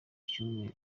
cyumweru